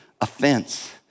offense